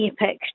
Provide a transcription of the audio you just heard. epic